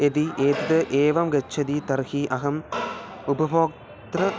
यदि एतत् एवं गच्छति तर्हि अहम् उपभोक्त्रं